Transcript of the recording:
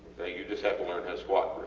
you just have to learn how to squat